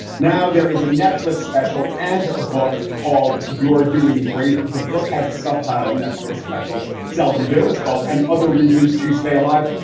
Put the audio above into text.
now there is a netflix special and a book called you are doing great. the book has a subtitle, netflix specials seldom joe, it's called and other reasons to stay alive.